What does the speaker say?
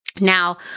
Now